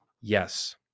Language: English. Yes